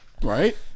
Right